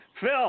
Phil